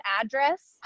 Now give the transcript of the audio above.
address